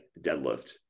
deadlift